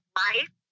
life